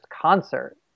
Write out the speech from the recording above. concert